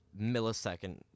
millisecond